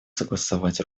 согласовывать